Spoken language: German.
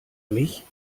mich